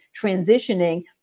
transitioning